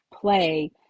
play